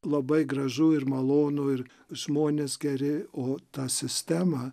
labai gražu ir malonu ir žmonės geri o ta sistema